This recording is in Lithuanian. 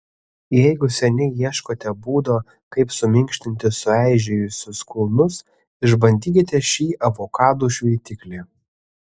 jeigu seniai ieškote būdo kaip suminkštinti sueižėjusius kulnus išbandykite šį avokadų šveitiklį